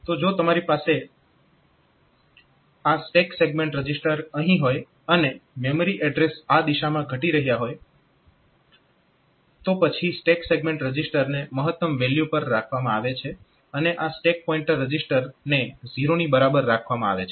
તો જો તમારી પાસે આ સ્ટેક સેગમેન્ટ રજીસ્ટર અહીં હોય અને મેમરી એડ્રેસ આ દિશામાં ઘટી રહ્યા હોય તો પછી સ્ટેક સેગમેન્ટ રજીસ્ટરને મહત્તમ વેલ્યુ પર રાખવામાં આવે છે અને આ સ્ટેક પોઈન્ટર રજીસ્ટરને 0 ની બરાબર રાખવામાં આવે છે